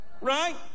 right